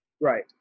Right